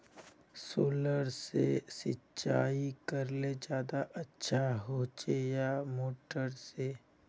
Solar से सिंचाई करले ज्यादा अच्छा होचे या मोटर से?